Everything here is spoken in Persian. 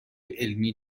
علمی